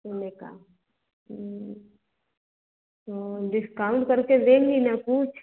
सोने का डिस्काउंट करके देंगी ना कुछ